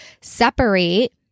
separate